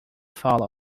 follow